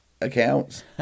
accounts